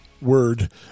word